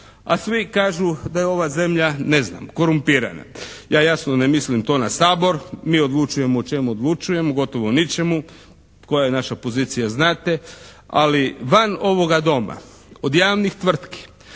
A svi kažu da je ova zemlja ne znam korumpirana. Ja jasno ne mislim to na Sabor, mi odlučujemo o čemu odlučujemo, gotovo ničemu, koja je naša pozicija znate, ali van ovoga Doma od javnih tvrtki